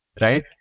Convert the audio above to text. right